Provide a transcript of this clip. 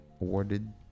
Awarded